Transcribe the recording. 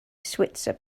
switzer